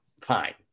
fine